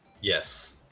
Yes